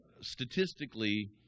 statistically